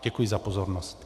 Děkuji za pozornost.